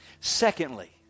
Secondly